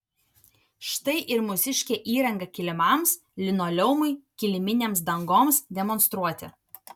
štai ir mūsiškė įranga kilimams linoleumui kiliminėms dangoms demonstruoti